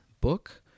book